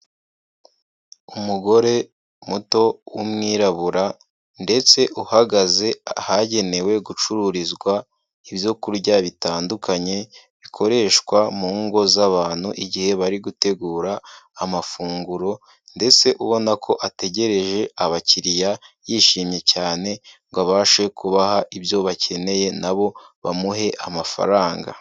Umugore muto w'umwirabura ndetse uhagaze ahagenewe gucururizwa ibyo kurya bitandukanye bikoreshwa mu ngo z'abantu igihe bari gutegura amafunguro ndetse ubona ko ategereje abakiriya yishimye cyane ngo abashe kubaha ibyo bakeneye na bo bamuhe amafaranga.